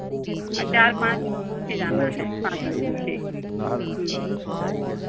चार पाँच लोगों से जाना है पाँच लोगों से ह्म्म